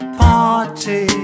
party